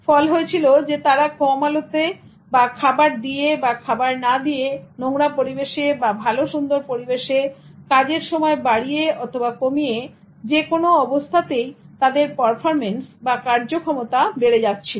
ফল হয়েছিল তারা কম আলোতে তাদের খাবার দিয়ে বা খাবার না দিয়ে তাদের নোংরা পরিবেশে বা খুব ভাল সুন্দর পরিবেশে কাজের সময় বাড়িয়ে অথবা কমিয়ে যেকোনো কিছু অবস্থাতেই তাদের পারফরম্যান্স বা কার্যক্ষমতা বেড়ে যাচ্ছিল